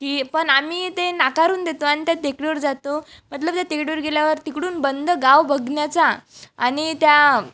की पण आम्ही ते नाकारून देतो आणि त्या टेकडीवर जातो मतलब त्या टेकडीवर गेल्यावर तिकडून बंद गाव बघण्याचा आणि त्या